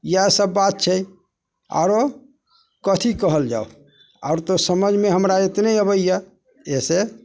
इएह सब बात छै आरो कथी कहल जाउ आओर तऽ समझमे हमरा एतने अबैय एसे